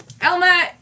Elma